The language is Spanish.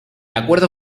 acuerdo